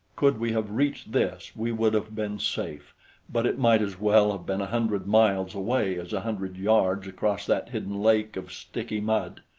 could we have reached this, we would have been safe but it might as well have been a hundred miles away as a hundred yards across that hidden lake of sticky mud.